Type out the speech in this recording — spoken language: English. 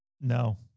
No